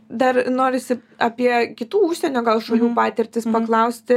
dar norisi apie kitų užsienio gal šalių patirtis paklausti